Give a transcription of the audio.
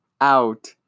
Out